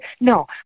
No